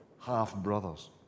half-brothers